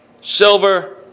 silver